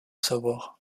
savoir